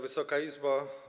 Wysoka Izbo!